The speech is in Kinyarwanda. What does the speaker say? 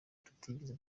tutigeze